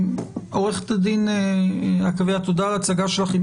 עורכת הדין עקביה, תודה על ההצגה שלך.